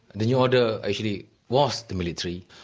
the new order actually was the military,